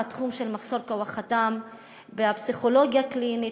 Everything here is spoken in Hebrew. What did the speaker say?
במחסור בתחום של כוח-אדם בפסיכולוגיה הקלינית,